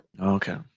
Okay